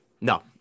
no